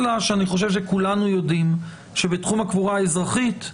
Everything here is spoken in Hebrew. אלא שאני חושב שכולנו יודעים שבתחום הקבורה האזרחית,